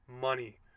money